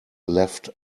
left